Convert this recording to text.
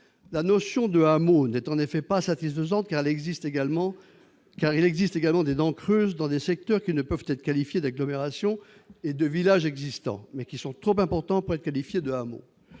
La notion de hameaux n'est en effet pas satisfaisante, car des dents creuses existent également dans des secteurs qui ne peuvent être qualifiés d'agglomérations ni de villages existants, mais qui sont trop importants pour être qualifiés de hameaux.